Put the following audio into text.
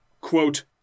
quote